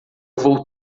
vou